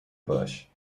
bush